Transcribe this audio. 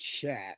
chat